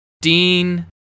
Dean